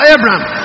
Abraham